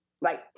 Right